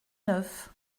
neuf